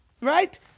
right